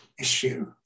issue